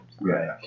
Right